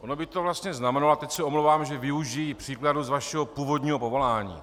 Ono by to vlastně znamenalo, a teď se omlouvám, že využiji příkladu z vašeho původního povolání.